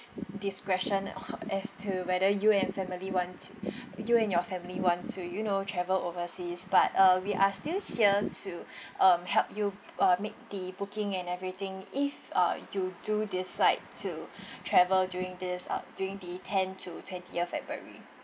discretion as to whether you and family want t~ you and your family want to you know travel overseas but uh we are still here to um help you uh make the booking and everything if uh you do decide to travel during this uh during the ten to twentieth february